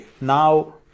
now